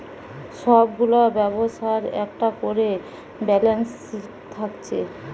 সব গুলা ব্যবসার একটা কোরে ব্যালান্স শিট থাকছে